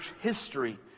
history